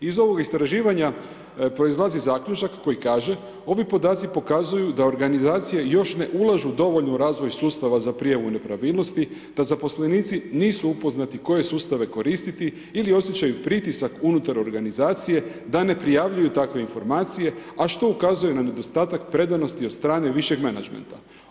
Iz ovog istraživanja proizlazi zaključak koji kaže, ovi podaci pokazuju da organizacije još ne ulažu dovoljno u razvoj sustava za prijavu nepravilnosti, da zaposlenici nisu upoznati koje sustave koristiti ili osjećaju pritisak unutar organizacije da ne prijavljuju takve informacije, a što ukazuje na nedostatak predanosti od strane višeg menadžmenta.